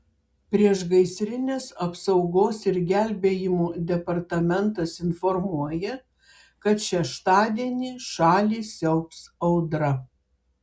priešgaisrinės apsaugos ir gelbėjimo departamentas informuoja kad šeštadienį šalį siaubs audra